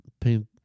paint